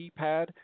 keypad